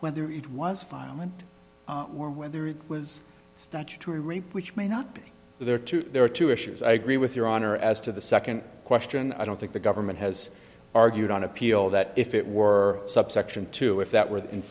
whether it was violent or whether it was statutory rape which may not be there to there are two issues i agree with your honor as to the second question i don't think the government has argued on appeal that if it were subsection two if that were in